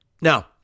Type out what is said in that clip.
Now